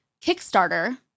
Kickstarter